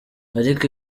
ariko